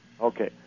Okay